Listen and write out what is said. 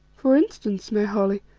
for instance, my holly,